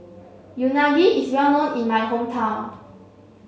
Unagi is well known in my hometown